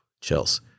Chills